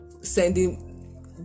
sending